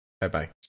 Bye-bye